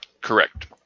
Correct